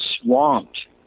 swamped